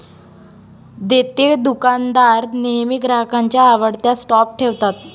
देतेदुकानदार नेहमी ग्राहकांच्या आवडत्या स्टॉप ठेवतात